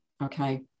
Okay